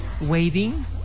waiting